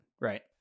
Right